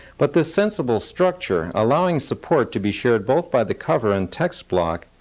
but the sensible structure, allowing support to be shared both by the cover and text block,